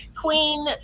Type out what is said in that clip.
Queen